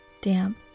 damp